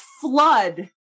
flood